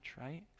right